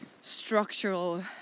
structural